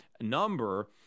number